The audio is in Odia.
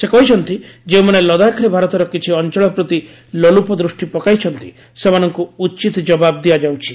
ସେ କହିଛନ୍ତି ଯେଉଁମାନେ ଲଦାଖରେ ଭାରତର କିଛି ଅଞ୍ଚଳ ପ୍ରତି ଲୋଲୁପ ଦୃଷ୍ଟି ପକାଇଛନ୍ତି ସେମାନଙ୍କୁ ଉଚିତ୍ ଜବାବ ଦିଆଯାଉଛି